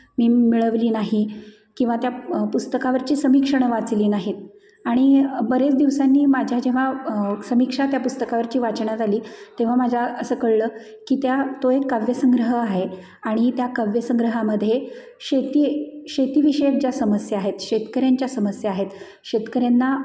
मी मिळवली नाही किंवा त्या पुस्तकावरची समीक्षणं वाचली नाहीत आणि बऱ्याच दिवसांनी माझ्या जेव्हा समीक्षा त्या पुस्तकावरची वाचनात आली तेव्हा माझ्या असं कळलं की त्या तो एक काव्यसंग्रह आहे आणि त्या काव्यसंग्रहामध्ये शेती शेतीविषयक ज्या समस्या आहेत शेतकऱ्यांच्या समस्या आहेत शेतकऱ्यांना